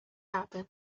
happen